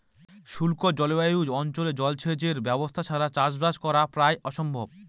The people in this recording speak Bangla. শুষ্ক জলবায়ু অঞ্চলে জলসেচের ব্যবস্থা ছাড়া চাষবাস করা প্রায় অসম্ভব